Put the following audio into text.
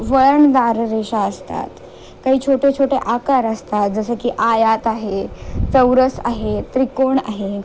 वळणदाररेषा असतात काही छोटे छोटे आकार असतात जसं की आयत आहे चौरस आहे त्रिकोण आहे